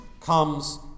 comes